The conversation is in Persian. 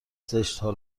زشتها